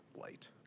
light